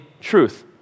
truth